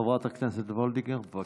חברת הכנסת וולדיגר, בבקשה.